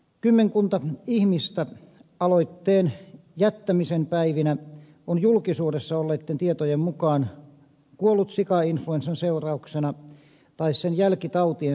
kymmenkunta ihmistä aloitteen jättämisen päivinä on julkisuudessa olleitten tietojen mukaan kuollut sikainfluenssan seurauksena tai sen jälkitautien seurauksena